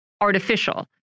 artificial